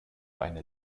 eine